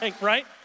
right